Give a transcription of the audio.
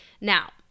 Now